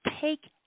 take